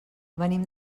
venim